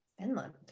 finland